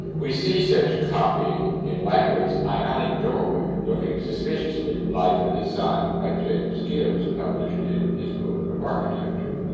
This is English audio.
we see such copying in langley's ionic doorway, looking suspiciously like a design by james gibbs published in his book of architecture.